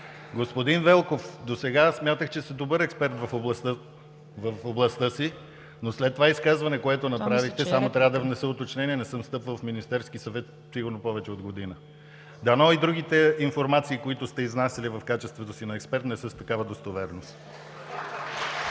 Господин Велков, досега аз смятах, че сте добър експерт в областта си, но след това изказване, което направихте, само трябва да внеса уточнение: не съм стъпвал в Министерския съвет сигурно повече от година. Дано и другите информации, които сте изнасяли в качеството си на експерт, не са с такава достоверност.